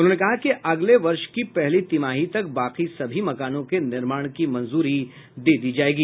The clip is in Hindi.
उन्होंने कहा कि अगले वर्ष की पहली तिमाही तक बाकी सभी मकानों के निर्माण की मंजूरी दे दी जाएगी